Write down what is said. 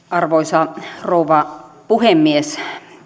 arvoisa rouva puhemies